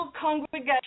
congregation